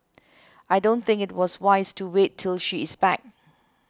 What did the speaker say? I don't think it was wise to wait till she is back